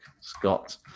Scott